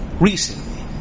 recently